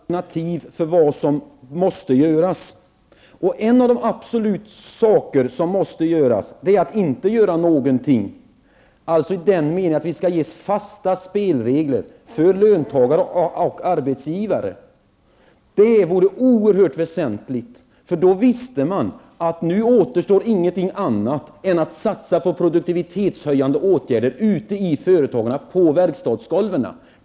Herr talman! Jo, jag inser vad som behöver göras, och jag har också redovisat alternativ till vad som måste göras. En av de saker som måste göras, är att inte göra någonting -- i den meningen att vi skall ge fasta spelregler för löntagare och arbetsgivare. Det vore oerhört väsentligt, för då skulle man veta att det nu inte återstår något annat än att satsa på produktivitetshöjande åtgärder ute i företagen, på verkstadsgolven.